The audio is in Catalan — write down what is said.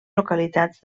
localitats